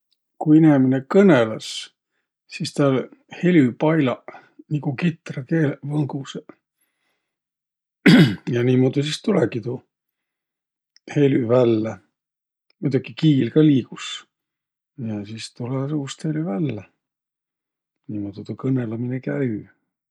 Ku inemine kõnõlõs, sis täl helüpailaq nigu kitrakeeleq võngusõq. Ja niimuudu sis tulõgi tuu helü vällä. Muidoki kiil ka liigus. Ja sis tulõ suust helü vällä. Niimuudu tuu kõnõlõminõ käü.